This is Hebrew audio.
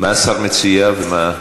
מה השר מציע ומה,?